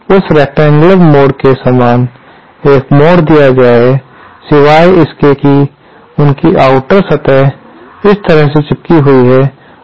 इसलिए उस रेकटेंगयुलर मोड़ के समान एक मोड़ दिया सिवाय इसके कि उसकी आउटर सतह इस तरह से चिपकी हुई है